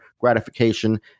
gratification